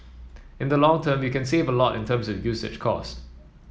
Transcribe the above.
in the long term you can save a lot in terms of usage cost